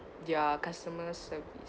their customer service